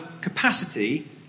capacity